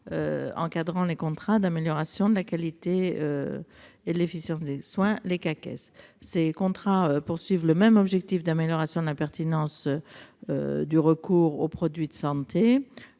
encadrant les contrats d'amélioration de la qualité et de l'efficience des soins, les CAQES. Ces contrats visent le même objectif d'amélioration de la pertinence du recours aux produits de santé.